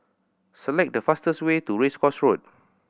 select the fastest way to Race Course Road